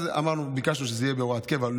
אז ביקשנו שזה יהיה בהוראת קבע,